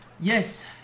Yes